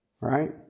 right